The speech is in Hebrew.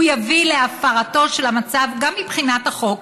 הוא יביא להפרתו של המצב גם מבחינת החוק,